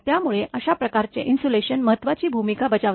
त्यामुळे अशा प्रकारचे इन्सुलेशन महत्त्वाची भूमिका बजावते